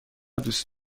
دوست